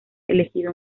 elegido